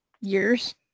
years